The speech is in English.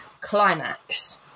climax